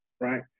right